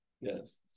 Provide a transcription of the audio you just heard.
yes